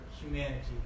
humanity